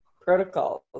protocols